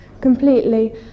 completely